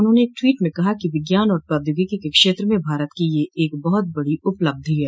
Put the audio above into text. उन्होंने एक टवीट में कहा है कि विज्ञान और प्रौद्योगिकी के क्षेत्र में भारत की यह बहत बड़ी उपलब्धि है